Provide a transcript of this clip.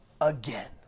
again